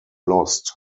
lost